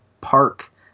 park